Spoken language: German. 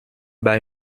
bei